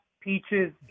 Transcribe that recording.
peaches